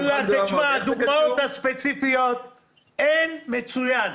בדוגמאות הספציפיות אין מצוין.